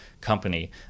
company